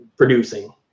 producing